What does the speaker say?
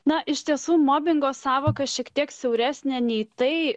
na iš tiesų mobingo sąvoka šiek tiek siauresnė nei tai